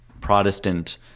Protestant